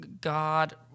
God